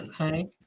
Okay